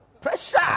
Pressure